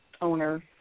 owner